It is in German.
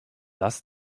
lass